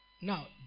Now